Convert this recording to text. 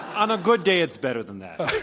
on a good day it's better than that.